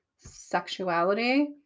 sexuality